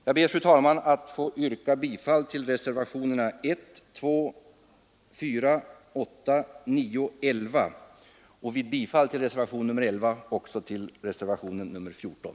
Jag ber, fru talman, att få yrka bifall till reservationerna 1, 2, 4, 8, 9 och 11, och vid bifall till reservationen 11 också till reservationen 14.